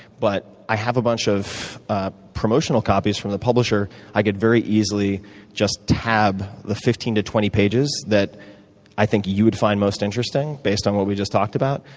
but i have a bunch of promotional copies from the publisher i could very easily just tab the fifteen to twenty pages that i think you would find most interesting based on what we just talked about,